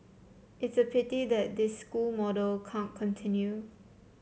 it's a pity that this school model can't continue